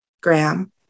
Graham